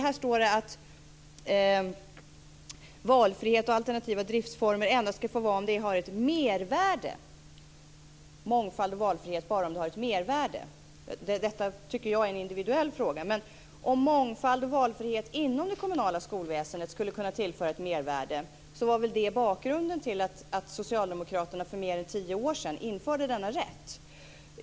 Här står det att mångfald, valfrihet och alternativa driftsformer endast ska få finnas om de har ett mervärde. Jag tycker att detta är en individuell fråga, men om mångfald och valfrihet inom det kommunala skolväsendet skulle kunna tillföra ett mervärde så var väl det bakgrunden till att Socialdemokraterna för mer än tio år sedan införde denna rätt.